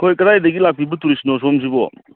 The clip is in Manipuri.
ꯑꯩꯈꯣꯏ ꯀꯗꯥꯏꯗꯒꯤ ꯂꯥꯛꯄꯤꯕ ꯇꯨꯔꯤꯁꯅꯣ ꯁꯣꯝꯁꯤꯕꯣ